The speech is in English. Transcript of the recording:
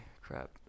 Crap